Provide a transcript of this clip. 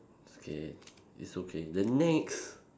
it's okay it's okay the next